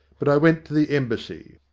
but i went to the embassy.